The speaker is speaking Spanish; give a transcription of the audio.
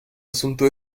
asunto